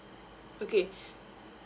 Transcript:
okay